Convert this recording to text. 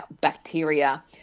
bacteria